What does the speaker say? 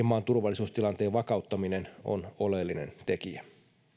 maan turvallisuustilanteen vakauttaminen on oleellinen tekijä